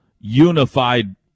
unified